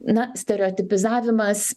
na stereotipizavimas